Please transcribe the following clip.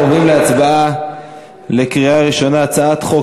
אנחנו עוברים להצבעה בקריאה ראשונה על הצעת חוק